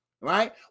right